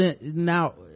now